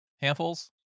Handfuls